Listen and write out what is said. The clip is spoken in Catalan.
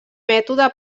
mètode